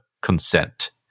consent